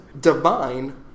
divine